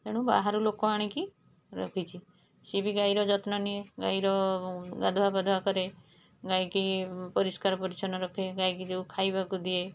ତେଣୁ ବାହାରୁ ଲୋକ ଆଣିକି ରଖିଛି ସିଏ ବି ଗାଈର ଯତ୍ନ ନିଏ ଗାଈର ଗାଧୁଆ ପାଧୁଆ କରେ ଗାଈକି ପରିଷ୍କାର ପରିଚ୍ଛନ୍ନ ରଖେ ଗାଈକି ଯେଉଁ ଖାଇବାକୁ ଦିଏ